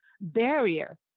barrier